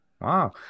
wow